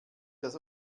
das